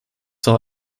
saw